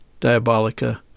diabolica